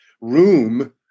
room